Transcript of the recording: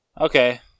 okay